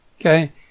okay